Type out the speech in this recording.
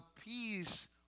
peace